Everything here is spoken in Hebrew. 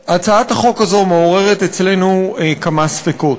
החוק הזו מעוררת אצלנו כמה ספקות,